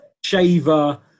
shaver